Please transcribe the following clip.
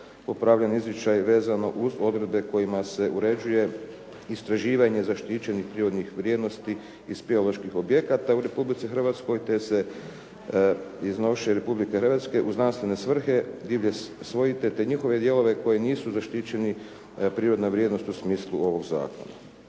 popravljen izričaj vezano uz odredbe kojima se uređuje istraživanje zaštićenih prirodnih vrijednosti i speleoloških objekata u Republici Hrvatskoj te se iz naše Republike Hrvatske u znanstvene svrhe divlje svojte te njihove dijelove koji nisu zaštićeni prirodna vrijednost u smislu ovog zakona.